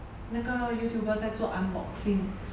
那个 youtuber 在做 unboxing